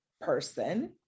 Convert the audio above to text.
person